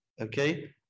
Okay